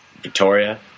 Victoria